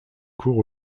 cours